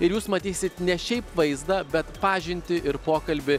ir jūs matysit ne šiaip vaizdą bet pažintį ir pokalbį